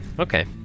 Okay